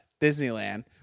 Disneyland